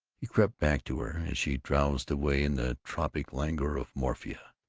he crept back to her. as she drowsed away in the tropic languor of morphia,